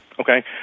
Okay